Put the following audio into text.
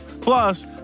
Plus